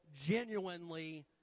genuinely